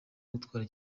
gutwara